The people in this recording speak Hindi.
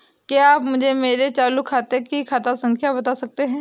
क्या आप मुझे मेरे चालू खाते की खाता संख्या बता सकते हैं?